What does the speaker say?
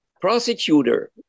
prosecutor